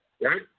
right